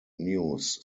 news